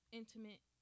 intimate